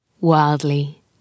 wildly